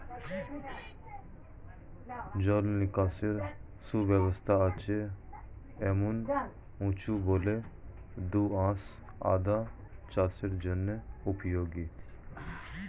জল নিকাশের সুব্যবস্থা আছে এমন উঁচু বেলে দোআঁশ আদা চাষের জন্য উপযোগী